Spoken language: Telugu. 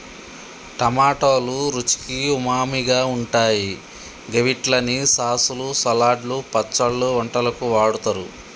టమాటోలు రుచికి ఉమామిగా ఉంటాయి గవిట్లని సాసులు, సలాడ్లు, పచ్చళ్లు, వంటలకు వాడుతరు